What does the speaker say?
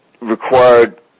required